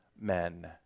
men